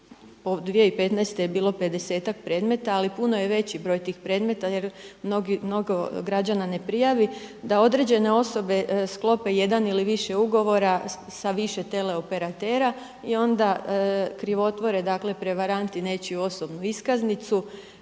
2015. je bilo pedesetak predmeta, ali puno je veći broj tih predmeta jer mnogo građana ne prijavi da određene osobe sklope jedan ili više ugovora sa više tele operatera i onda krivotvore, dakle prevaranti nečiju osobnu iskaznicu,